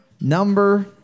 number